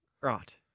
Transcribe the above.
Right